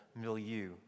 milieu